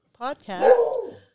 podcast